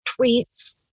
tweets